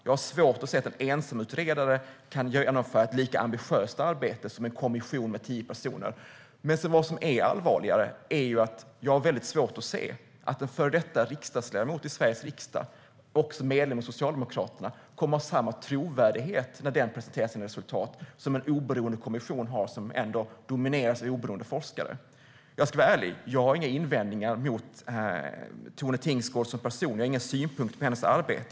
Jag har svårt att se att en ensamutredare kan genomföra ett lika ambitiöst arbete som en kommission på tio personer. Men allvarligare är att jag har svårt att se att en före detta ledamot i Sveriges riksdag och medlem av Socialdemokraterna kommer att ha samma trovärdighet när hon presenterar sina resultat som en oberoende kommission har som domineras av oberoende forskare. Jag ska vara ärlig: Jag har inga invändningar mot Tone Tingsgård som person. Jag har inga synpunkter på hennes arbete.